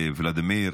ולדימיר,